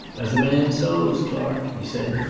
as a man sows, clark! he said.